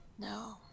No